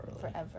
Forever